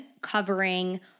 covering